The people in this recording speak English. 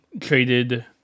traded